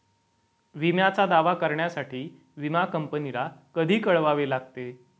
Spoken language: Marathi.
विम्याचा दावा करण्यासाठी विमा कंपनीला कधी कळवावे लागते?